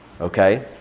Okay